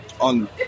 On